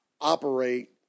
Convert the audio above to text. operate